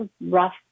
rough